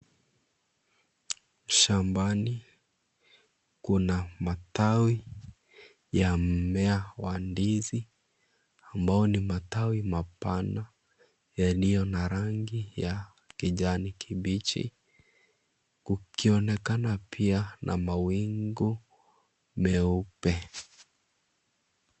Shambani kuna matawi ya mmea wa ndizi ambao ni matawi mapana, yaliyo na rangi ya kijani kibichi kukionekana pia na mawingu meupe.